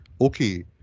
okay